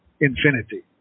infinity